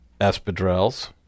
Espadrilles